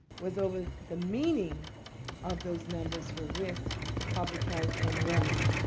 was over the meaning of those numbers for risk to public health and remedy.